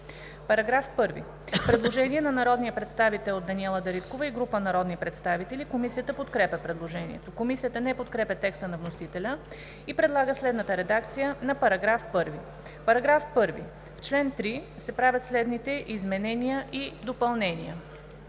По § 1 има предложение на народния представител Даниела Дариткова и група народни представители. Комисията подкрепя предложението. Комисията не подкрепя текста на вносителя и предлага следната редакция на § 1: „§ 1. В чл. 3 се правят следните изменения и допълнения: